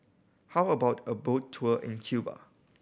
how about a boat tour in Cuba